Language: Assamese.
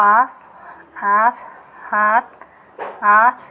পাঁচ আঠ সাত আঠ